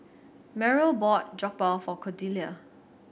Merrill bought Jokbal for Cordelia